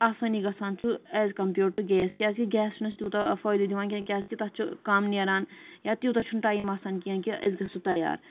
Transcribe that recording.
آسٲنی گژھان چھُ ایز کَمپیٲڑ ٹوٚ گیس کیازِ کہِ گیس چھُنہٕ اَسہِ تیوٗتاہ فٲیدٕ دِوان کیٚنہہ کیازِ کہِ تَتھ چھُ کَم نیران یا تیوٗتاہ چھُنہٕ ٹایم آسان کیٚنہہ کہِ أسۍ گژھو تَیار